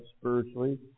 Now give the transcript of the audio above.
spiritually